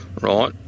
right